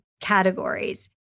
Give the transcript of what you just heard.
categories